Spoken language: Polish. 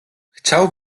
chciał